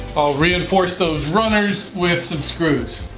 i'll reinforce those runners with some screws.